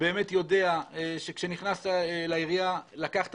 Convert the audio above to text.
יודע שעת נכנסת לעירייה, לקחת